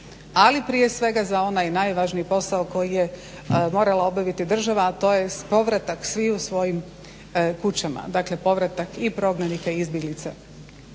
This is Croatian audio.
ali prije svega za onaj najvažniji posao koji je morala obaviti država, a to je povratak sviju svojim kućama, dakle povratak i prognanika i izbjeglica.